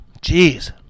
Jeez